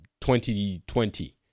2020